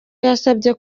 yasabye